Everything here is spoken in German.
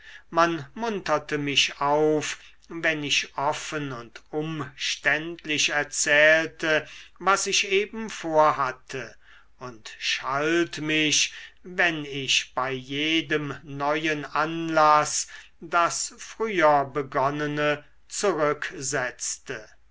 man munterte mich auf wenn ich offen und umständlich erzählte was ich eben vorhatte und schalt mich wenn ich bei jedem neuen anlaß das früherbegonnene